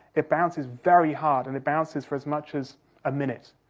it bounces very hard, and it bounces for as much as a minute.